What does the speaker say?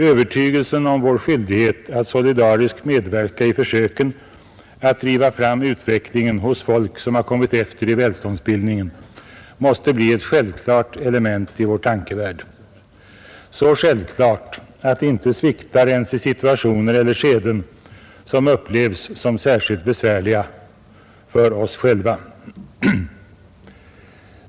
Övertygelsen om vår skyldighet att solidariskt medverka i försöken att driva fram utvecklingen hos folk som har kommit efter i välståndsbildningen måste bli ett självklart element i vår tankevärld, så självklart att det inte sviktar ens i situationer eller skeden som upplevs som särskilt besvärliga för oss själva.